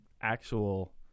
actual